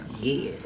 Yes